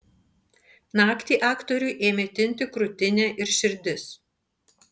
naktį aktoriui ėmė tinti krūtinė ir širdis